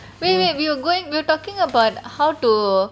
wait wait we were going we were talking about how to